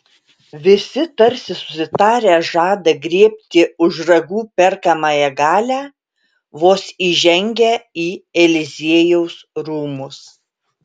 visi tarsi susitarę žada griebti už ragų perkamąją galią vos įžengę į eliziejaus rūmus